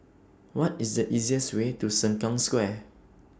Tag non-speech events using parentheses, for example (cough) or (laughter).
(noise) What IS The easiest Way to Sengkang Square